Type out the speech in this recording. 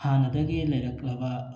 ꯍꯥꯟꯅꯗꯒꯤ ꯂꯩꯔꯛꯂꯕ